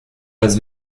las